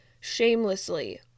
shamelessly